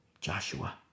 Joshua